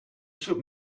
should